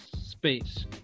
space